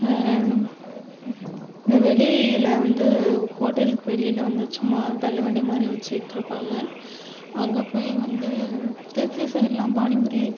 இங்கே வெளியில் வந்து ஹோட்டலுக்கு வெளியில் வந்து சும்மா தள்ளுவண்டி மாதிரி வச்சுக்கிட்டு இருப்பாங்கள் அங்கே போய் வந்து திருச்சி சைடுலாம் பானி பூரி